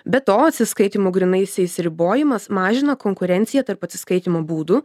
be to atsiskaitymų grynaisiais ribojimas mažina konkurenciją tarp atsiskaitymo būdų